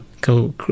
go